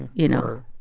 you know?